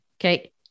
Okay